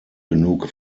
genug